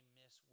miss